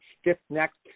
stiff-necked